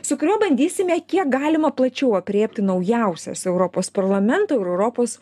su kuriuo bandysime kiek galima plačiau aprėpti naujausias europos parlamento ir europos